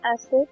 acid